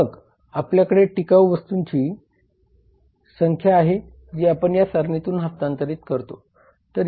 आणि मग आपल्याकडे टिकाऊ वस्तूंची संख्या आहे जी आपण या सारणीतून हस्तांतरित करतो